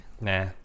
nah